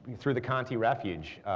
through the conte refuge,